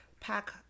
pack